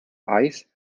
ice